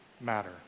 matter